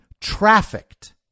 trafficked